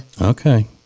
Okay